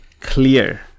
clear